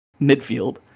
midfield